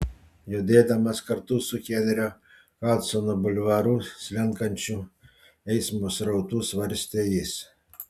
judėdamas kartu su henrio hadsono bulvaru slenkančiu eismo srautu svarstė jis